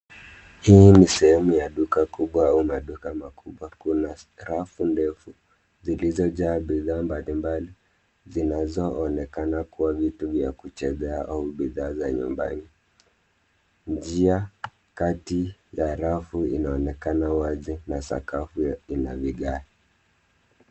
Hii ni sehemu ya duka kubwa au maduka makubwa . Kuna rafu ndefu zilizojaa bidhaa mbalimbali zinazoonekana kuwa vitu vya kuchezea au bidhaa za nyumbani. Njia kati ya rafu inaonekana wazi na sakafu ina vigae.